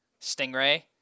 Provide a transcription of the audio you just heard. stingray